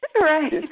right